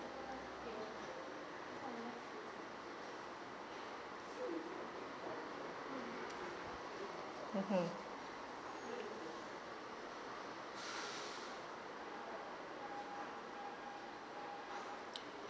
mmhmm